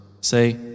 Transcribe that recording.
Say